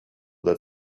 that